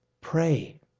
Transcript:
Pray